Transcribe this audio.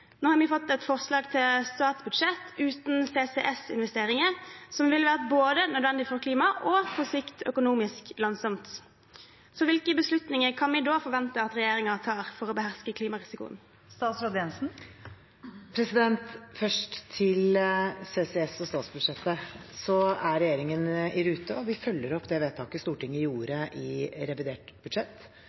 Nå har vi fått et forslag til et statsbudsjett uten CCS-investeringer, som vil være både nødvendig for klimaet og på sikt økonomisk lønnsomt. Hvilke beslutninger kan vi da forvente at regjeringen tar for å beherske klimarisikoen? Først til CCS og statsbudsjettet: Regjeringen er i rute, og vi følger opp det vedtaket Stortinget gjorde i revidert budsjett,